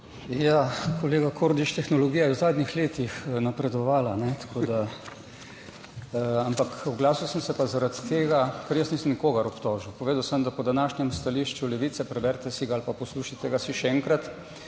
Ja, kolega Kordiš, tehnologija je v zadnjih letih napredovala, tako da... Ampak oglasil sem se zaradi tega, ker jaz nisem nikogar obtožil. Povedal sem, da po današnjem stališču Levice - preberite si ga ali pa poslušajte si ga še enkrat